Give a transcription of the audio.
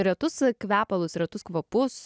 retus kvepalus retus kvapus